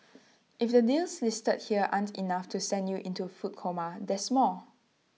if the deals listed here still aren't enough to send you into A food coma there's more